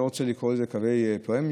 אני לא רוצה לקרוא להם קווי פרימיום,